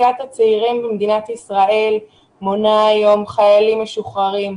אוכלוסיית הצעירים במדינת ישראל מונה היום חיילים משוחררים,